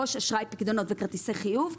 פיקדונות וכרטיסי חיוב,